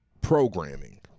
programming